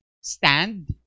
stand